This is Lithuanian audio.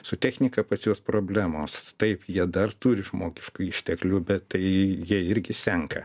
su technika pas juos problemos taip jie dar turi žmogiškųjų išteklių bet tai jie irgi senka